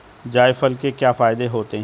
जायफल के क्या फायदे होते हैं?